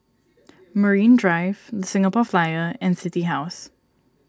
Marine Drive Singapore Flyer and City House